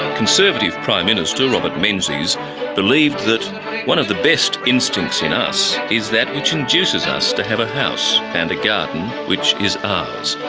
conservative prime minister robert menzies believed that one of the best instincts in us is that which induces us to have a house and a garden which is ours,